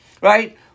Right